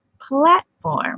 platform